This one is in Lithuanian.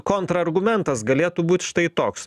kontrargumentas galėtų būt štai toks